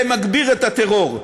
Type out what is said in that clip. זה מגביר את הטרור.